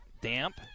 damp